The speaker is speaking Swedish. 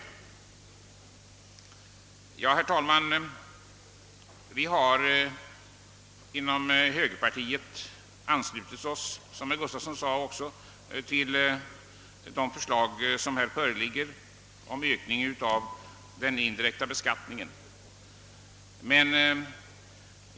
Herr talman! Vi har inom högerpartiet anslutit oss — som herr Gustafson också nämnde — till de förslag som här föreligger om ökning av den indirekta beskattningen.